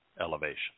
elevation